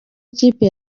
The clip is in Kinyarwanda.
ikipe